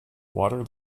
water